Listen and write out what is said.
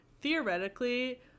theoretically